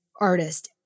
artist